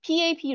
PAP